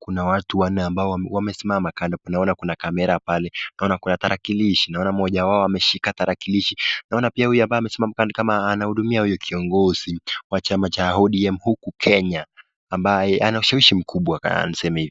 kuna watu wanne ambao wamesimama kando kuna wale wako na [camera] pale naona kuna tarakilishi naona moja wao ameshika tarakilishi naona pia huyu hapa amesimama ni kama anaudumia kiongozi wa chama cha odm huku kenya ambaye anaushawishi mkubwa niseme..